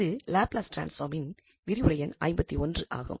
இது லாப்லஸ் டிரான்ஸ்பார்மின் விரிவுரை எண்51 ஆகும்